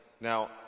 Now